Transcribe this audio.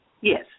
Yes